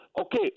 Okay